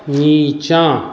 नीचाँ